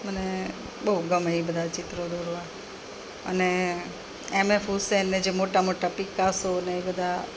મને બહુ ગમે એ બધાં ચિત્રો દોરવાં અને એમ એફ હુસેન ને મોટા મોટા પીકાસો ને એ બધા